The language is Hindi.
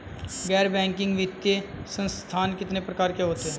गैर बैंकिंग वित्तीय संस्थान कितने प्रकार के होते हैं?